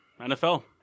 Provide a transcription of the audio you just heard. NFL